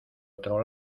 otro